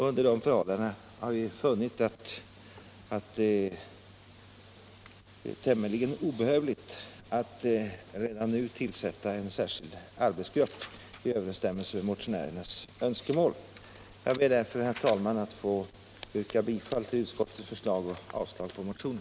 Under de förhållandena har vi funnit att det är tämligen obehövligt att redan nu tillsätta en särskild arbetsgrupp i överensstämmelse med motionärernas önskemål. Jag ber därför, herr talman, att få yrka bifall till utskottets hemställan, vilket innebär avslag på motionen.